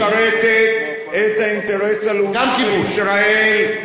ההתיישבות משרתת את האינטרס הלאומי של ישראל.